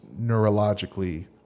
neurologically